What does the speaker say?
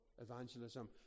evangelism